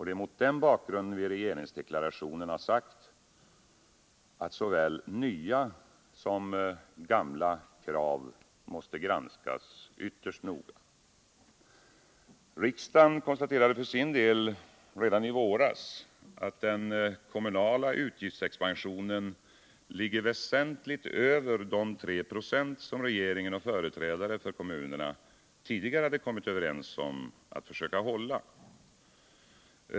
Det är mot denna bakgrund vi i regeringsdeklarationen sagt att såväl nya som gamla krav måste granskas ytterst noga. Riksdagen konstaterade redan i våras att den kommunala utgiftsexpansionen ligger väsentligt över de 3 96 som regeringen och företrädare för kommunerna tidigare kommit överens om att försöka hålla.